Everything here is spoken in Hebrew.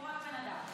הוא רק בן אדם.